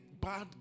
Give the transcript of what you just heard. bad